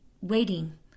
waiting